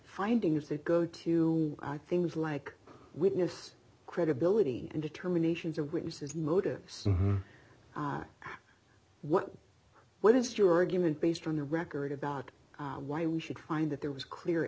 findings that go to things like witness credibility and determinations of witnesses motives what what is your argument based on the record about why we should find that there was clear